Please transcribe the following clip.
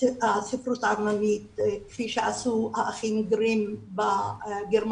הספרות העממית כפי שעשו האחים גרים בגרמניה.